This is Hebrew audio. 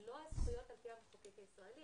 מלוא הזכויות על-פי המחוקק הישראלי.